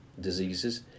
diseases